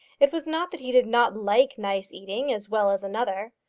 it was not that he did not like nice eating as well as another,